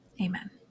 Amen